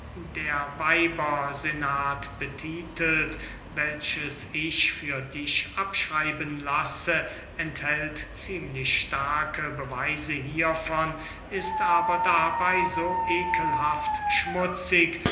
der weibersenat betitelt welches ich für dich abschreiben lasse enthält ziemlich starke beweise hiervon ist aber dabey so ekelhaft schmutzig